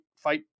fight